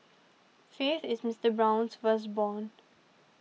faith is Mister Brown's firstborn